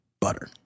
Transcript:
butter